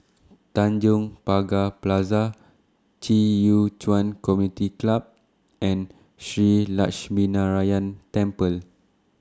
Tanjong Pagar Plaza Ci Community Club and Shree Lakshminarayanan Temple